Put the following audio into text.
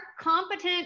competent